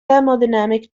thermodynamic